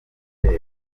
hotel